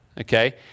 okay